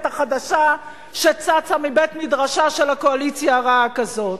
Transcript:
החדשה שצצה מבית-מדרשה של קואליציה רעה כזאת,